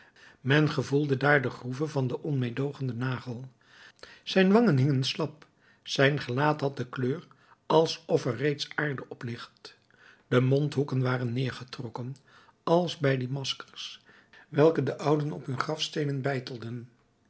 men gevoelde daar de groeve van den onmeedoogenden nagel zijn wangen hingen slap zijn gelaat had de kleur alsof er reeds aarde op ligt de mondhoeken waren neergetrokken als bij die maskers welke de ouden op hun grafsteenen